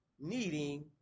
needing